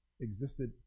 existed